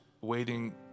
waiting